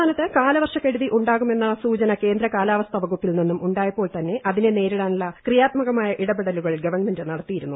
സംസ്ഥാനത്ത് കാലവർഷക്കെടുതി ഉ ാകുമെന്നുള്ള സൂചന കേന്ദ്ര കാലാവസ്ഥാ വകുപ്പിൽ നിന്നും ഉ ായപ്പോൾ തന്നെ അതിനെ നേരിടാനുള്ള ക്രിയാത്മകമായ ഇടപെലുകൾ ഗവൺമെന്റ് നടത്തിയിരുന്നു